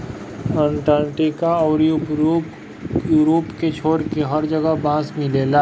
Antarctica अउरी Europe के छोड़के हर जगह बांस मिलेला